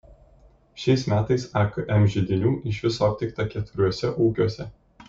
šiais metais akm židinių iš viso aptikta keturiuose ūkiuose